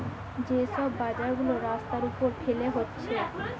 যে সব বাজার গুলা রাস্তার উপর ফেলে হচ্ছে